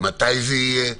מתי זה יהיה,